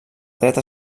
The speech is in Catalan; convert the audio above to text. dret